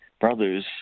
brothers